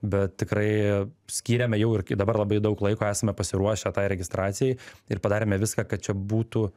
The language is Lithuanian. bet tikrai skyrėme jau ir dabar labai daug laiko esame pasiruošę tai registracijai ir padarėme viską kad čia būtų